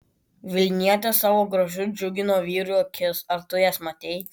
vilnietės savo grožiu džiugino vyrų akis ar tu jas matei